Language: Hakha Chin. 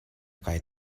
kai